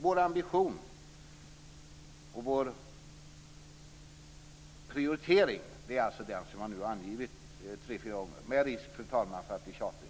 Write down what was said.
Vår ambition och vår prioritering är alltså den som jag nu har angett tre fyra gånger, med risk, fru talman, för att bli tjatig.